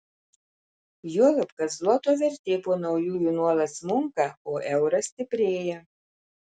juolab kad zloto vertė po naujųjų nuolat smunka o euras stiprėja